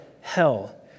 hell